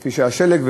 כפי שהיה שלג,